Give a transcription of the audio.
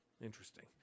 Interesting